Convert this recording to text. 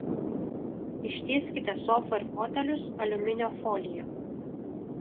ištieskite sofą ir fotelius aliuminio folija